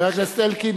חבר הכנסת אלקין,